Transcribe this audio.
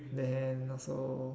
then also